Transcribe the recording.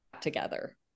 together